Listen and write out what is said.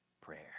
prayer